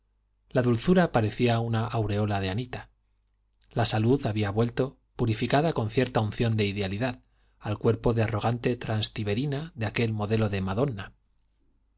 la dulzura parecía una aureola de anita la salud había vuelto purificada con cierta unción de idealidad al cuerpo de arrogante transtiberina de aquel modelo de madona